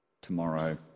tomorrow